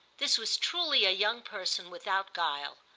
this was truly a young person without guile.